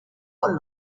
con